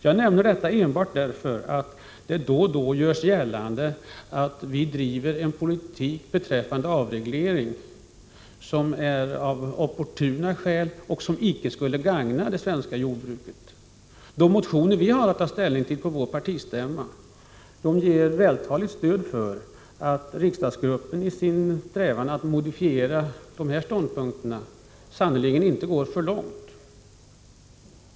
Jag nämner detta enbart därför att det då och då görs gällande att vi beträffande avreglering driver en politik av opportuna skäl som icke skulle gagna det svenska jordbruket. De motioner vi har att ta ställning till på vår partistämma ger vältaligt stöd för att riksdagsgruppen i sin strävan att modifiera dessa ståndpunkter sannerligen inte går för långt.